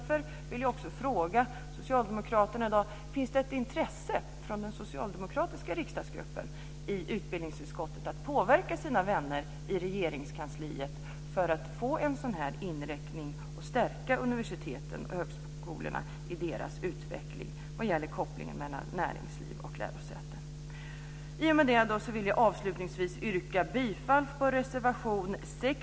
Jag vill därför fråga om det finns ett intresse från den socialdemokratiska gruppen i utbildningsutskottet att påverka sina vänner i Regeringskansliet i riktning mot att stärka universitetens och högskolornas utveckling av kopplingen mellan näringsliv och lärosäten. Jag yrkar avslutningsvis bifall till reservation 6